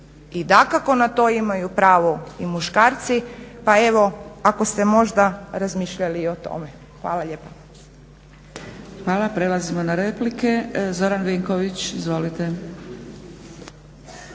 i dakako na to imaju pravo i muškarci. Pa evo ako ste možda i razmišljali i o tome. Hvala lijepa. **Zgrebec, Dragica (SDP)** Hvala. Prelazimo na replike. Zoran Vinković, izvolite.